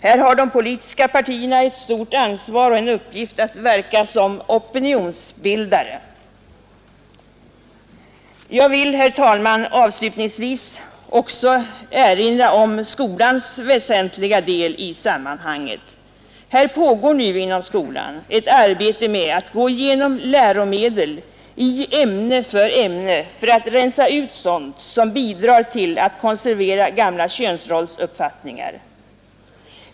Här har de politiska partierna ett stort ansvar och en uppgift att verka som opinionsbildare. Jag vill, herr talman, avslutningsvis erinra om skolans väsentliga roll i sammanhanget. Man går just nu igenom läromedel i ämne för ämne för att rensa ut sådant som bidrar till att konservera gamla könsrollsuppfattningar.